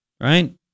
right